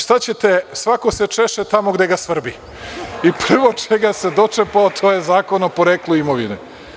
Šta ćete, svako se češe tamo gde ga svrbi, i prvo čega se dočepao, to je Zakon o poreklu imovine.